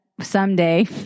someday